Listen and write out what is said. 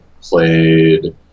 played